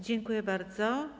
Dziękuję bardzo.